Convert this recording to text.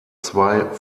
zwei